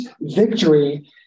victory